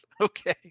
Okay